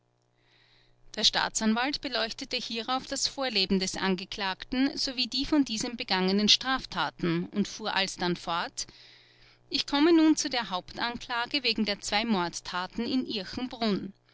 der staatsanwalt beleuchtete hierauf das vorleben des angeklagten sowie die von diesem begangenen straftaten und fuhr alsdann fort ich komme nun zu der hauptanklage wegen der zwei mordtaten in